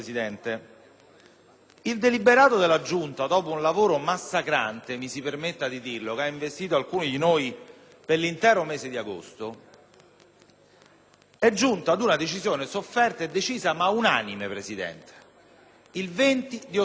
Presidente, la Giunta, dopo un lavoro massacrante - mi si permetta di dirlo - che ha investito alcuni di noi per l'intero mese di agosto, è pervenuta ad una decisione sofferta e decisa, ma unanime, il 20 ottobre.